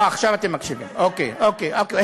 אה, עכשיו אתם מקשיבים, אוקיי, אוקיי.